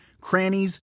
crannies